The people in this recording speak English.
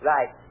Right